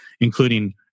including